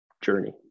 journey